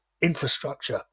infrastructure